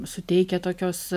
suteikia tokios